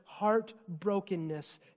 heartbrokenness